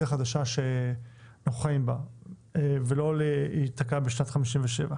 החדשה בה אנו חיים ולא להיתקע בשנת 57'